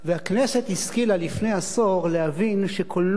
הכנסת השכילה לפני כעשור להבין שבקולנוע,